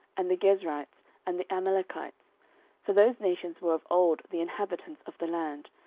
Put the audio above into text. and the gezrites, and the amalekites for those nations were of old the inhabitants of the land,